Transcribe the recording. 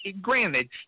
Granted